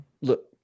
Look